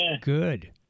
Good